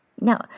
Now